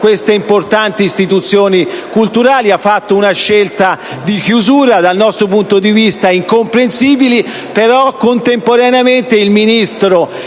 queste importanti istituzioni culturali. Ha fatto una scelta di chiusura, dal nostro punto di vista incomprensibile, però, contemporaneamente, il Ministro